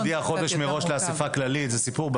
אתם צריכים להודיע מראש לאספה הכללית, זה סיפור.